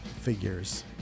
figures